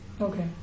Okay